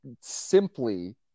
simply